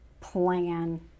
plan